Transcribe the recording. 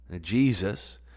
Jesus